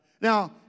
Now